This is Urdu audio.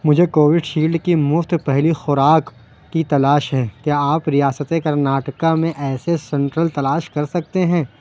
مجھے کوو شیلڈ کی مفت پہلی خوراک کی تلاش ہے کیا آپ ریاست کرناٹکا میں ایسے سینٹرل تلاش کر سکتے ہو